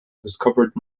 discovered